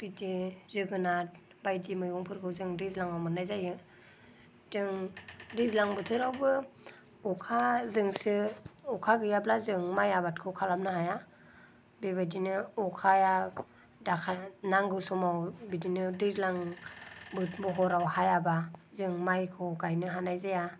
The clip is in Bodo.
बिदि जोगोनार बायदि मैगंफोरखौ जों दैज्लांआव मोननाय जायो जों दैज्लां बोथोरावबो अखाजोंसो अखा गैयाब्ला जों माइ आबादखौ खालामनो हाया बेबायदिनो अखाया नांगौ समाव बिदिनो दैज्लां महराव हायाबा जों माइखौ गायनो हानाय जाया